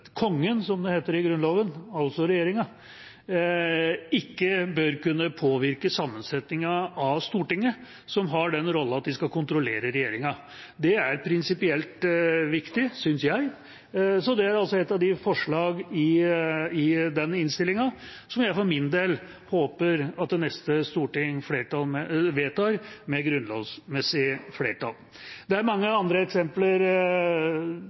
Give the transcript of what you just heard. Kongen, som det heter i Grunnloven, altså regjeringa, ikke bør kunne påvirke sammensetningen av Stortinget, som har den rollen at de skal kontrollere regjeringa. Det er prinsipielt viktig, synes jeg. Det er et av forslagene i den innstillinga som jeg for min del håper at neste storting vedtar med grunnlovsmessig flertall. Det er mange andre eksempler